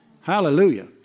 Hallelujah